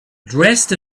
dressed